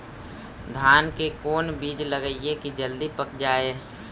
धान के कोन बिज लगईयै कि जल्दी पक जाए?